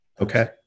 Okay